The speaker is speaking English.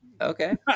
Okay